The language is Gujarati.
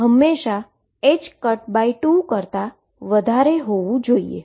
તો તે હંમેશા 2 કરતા વધારે હોવું જોઈએ